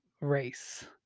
race